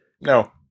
No